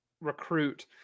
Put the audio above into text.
recruit